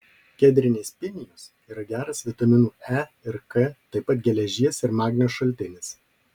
kedrinės pinijos yra geras vitaminų e ir k taip pat geležies ir magnio šaltinis